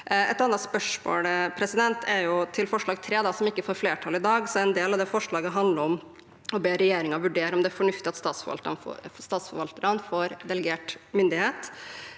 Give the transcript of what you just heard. Et annet spørsmål gjelder forslag nr. 3, som ikke får flertall i dag. En del av det forslaget handler om å be regjeringen vurdere om det er fornuftig at statsforvalterne får delegert myndighet